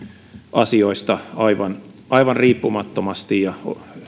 asioista aivan aivan riippumattomasti ja